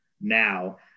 now